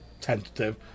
tentative